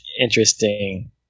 interesting